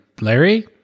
larry